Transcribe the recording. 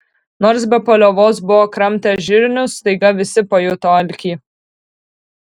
nors be paliovos buvo kramtę žirnius staiga visi pajuto alkį